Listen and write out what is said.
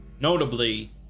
notably